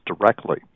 directly